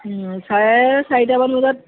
চাৰে চাৰিটা মান বজাত